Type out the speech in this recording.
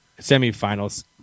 semifinals